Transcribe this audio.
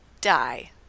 die